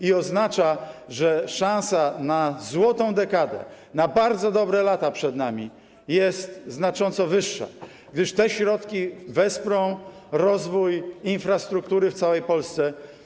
I oznacza, że szansa na złotą dekadę, na bardzo dobre lata przed nami jest znacząco wyższa, gdyż te środki wesprą rozwój infrastruktury w całej Polsce.